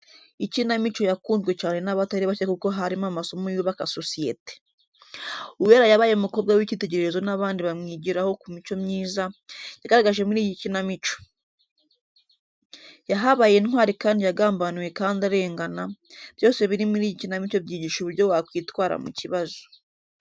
Ikinamico yakunzwe cyane n'abatari bake kuko harimo amasomo yubaka sosiyete. Uwera yabaye umukobwa w'ikitegererezo n'abandi bamwigiraho ku mico myiza, yagaragaje muri iyi kinamico. Yahabaye intwari kandi yagambaniwe kandi arengana, byose biri muri iyi kinamico byigisha uburyo wakwitwara mu kibazo.